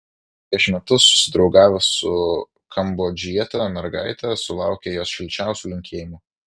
prieš metus susidraugavęs su kambodžiete mergaite sulaukė jos šilčiausių linkėjimų